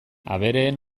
abereen